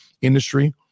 industry